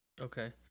Okay